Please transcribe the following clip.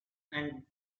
and